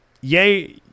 Yay